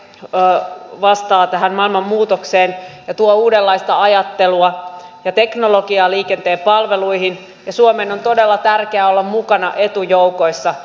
liikennekaarihanke vastaa tähän maailman muutokseen ja tuo uudenlaista ajattelua ja teknologiaa liikenteen palveluihin ja suomen on todella tärkeää olla mukana etujoukoissa